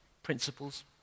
principles